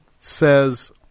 says